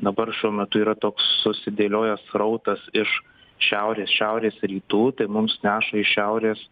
dabar šiuo metu yra toks susidėliojo srautas iš šiaurės šiaurės rytų tai mums neša į šiaurės